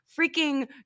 freaking